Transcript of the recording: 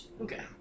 Okay